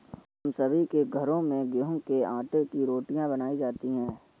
हम सभी के घरों में गेहूं के आटे की रोटियां बनाई जाती हैं